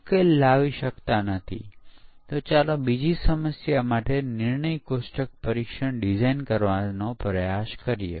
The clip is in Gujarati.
પરંતુ પછી 1990 ના દાયકા પછી ધીરે ધીરે પરીક્ષણ સાધન આવવા લાગ્યા